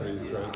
right